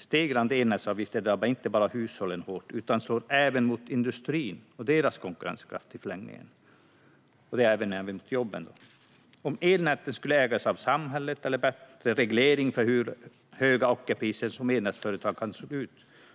Stegrande elnätsavgifter drabbar inte bara hushållen hårt utan slår även mot industrin och dess konkurrenskraft i förlängningen, och även mot jobben. Om elnäten skulle ägas av samhället eller regleringen av hur höga ockerpriser elnätsföretag kan ta ut skulle vara